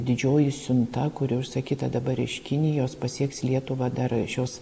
didžioji siunta kuri užsakyta dabar iš kinijos pasieks lietuvą dar šios